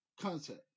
concept